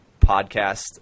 podcast